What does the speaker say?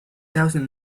thousand